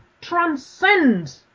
transcend